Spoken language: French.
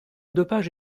dopage